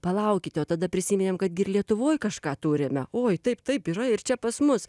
palaukite o tada prisiminėm kad gi ir lietuvoj kažką turime oi taip taip yra ir čia pas mus